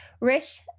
Rich